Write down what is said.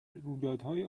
رویدادهای